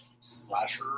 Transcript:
slasher